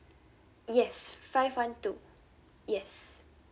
yes five one two yes